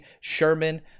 Sherman